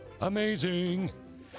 amazing